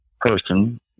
person